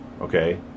okay